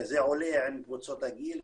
זה עולה עם קבוצות הגיל,